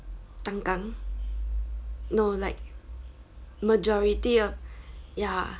刚刚 no like majority of ya